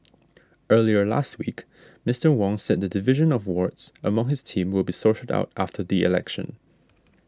earlier last week Mister Wong said the division of wards among his team will be sorted out after the election